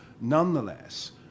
Nonetheless